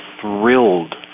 thrilled